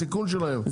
הסיכון שלהם,